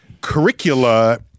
curricula